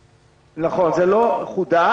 נכון, זה לא חוּדש.